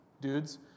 dudes